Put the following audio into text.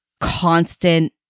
constant